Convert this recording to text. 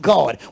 God